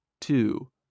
two